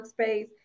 Workspace